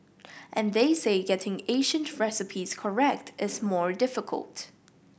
and they say getting Asian recipes correct is more difficult